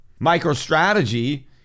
microstrategy